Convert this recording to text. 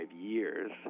years